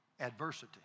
adversity